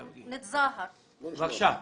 בבקשה.